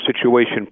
situation